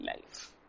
life